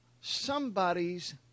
somebody's